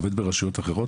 זה עובד ברשויות אחרות,